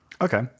Okay